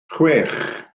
chwech